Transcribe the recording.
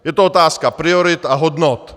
Je to otázka priorit a hodnot.